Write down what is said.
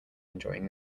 enjoying